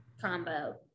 combo